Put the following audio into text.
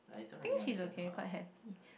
think she's okay quite happy